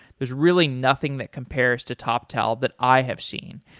there's really nothing that compares to toptal that i have seen.